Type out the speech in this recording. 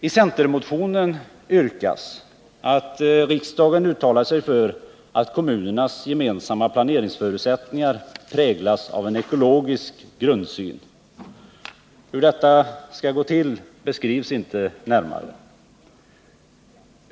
I centermotionen yrkas att riksdagen uttalar sig för att kommunernas gemensamma planeringsförutsättningar präglas av en ekologisk grundsyn. Hur detta skall gå till beskrivs inte närmare.